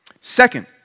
Second